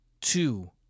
two